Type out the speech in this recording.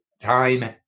time